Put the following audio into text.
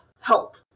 Help